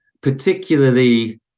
particularly